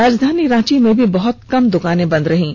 राजधानी रांची में भी बहुत कम दुकानें बंद नजर आयीं